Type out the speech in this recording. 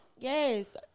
Yes